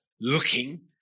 looking